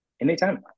Anytime